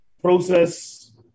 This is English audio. process